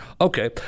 Okay